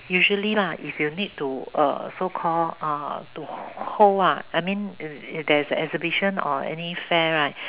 usually lah if you need to err so call to hold ah I mean if there is a exhibition or any fair right